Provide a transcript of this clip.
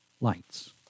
lights